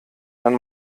dann